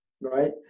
right